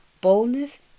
boldness